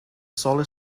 solar